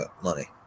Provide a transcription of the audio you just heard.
money